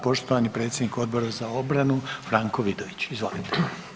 Poštovani predsjednik Odbora za obranu Franko Vidović, izvolite.